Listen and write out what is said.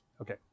Okay